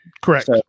Correct